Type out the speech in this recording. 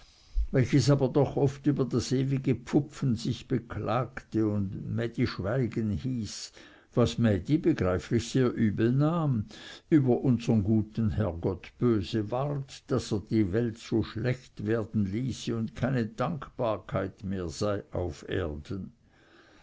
welches aber doch oft über das ewige pfupfen sich beklagte und mädi schweigen hieß was mädi begreiflich sehr übel nahm über unsern guten herrgott böse ward daß er die welt so schlecht werden ließe und keine dankbarkeit mehr sei auf erden